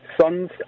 sons